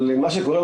אבל מה שקורה,